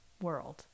world